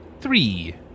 Three